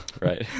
Right